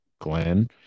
Glenn